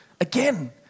Again